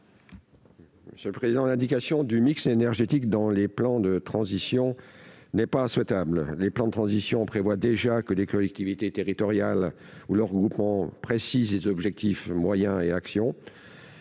économiques ? L'indication du mix énergétique dans les plans de transition n'est pas souhaitable. En effet, ceux-ci prévoient déjà que les collectivités territoriales ou leurs groupements précisent les objectifs, moyens et actions.